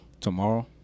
Tomorrow